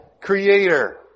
Creator